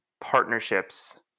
partnerships